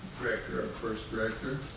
director, our first director.